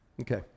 Okay